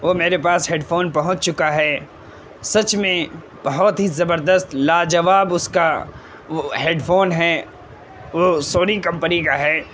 وہ میرے پاس ہیڈ فون پہنچ چکا ہے سچ میں بہت ہی زبردست لاجواب اس کا وہ ہیڈ فون ہے وہ سونی کمپنی کا ہے